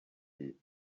you